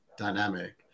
dynamic